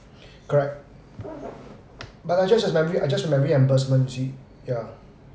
correct but I just as I just reimbursement you see ya